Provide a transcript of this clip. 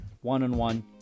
one-on-one